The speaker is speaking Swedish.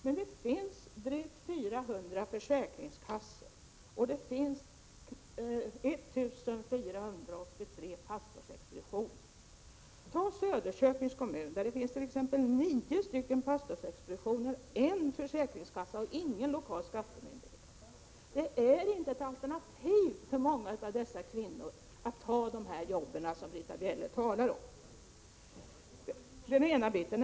Men det finns drygt 400 försäkringskassor och 1 483 pastorsexpeditioner. Tag Söderköpings kommun som exempel! Där finns det fyra pastorsexpeditioner, en försäkringskassa och ingen lokal skattemyndighet. Det är inte ett alternativ för många av dessa kvinnor att ta de jobb som Britta Bjelle talar om. Det är den ena biten.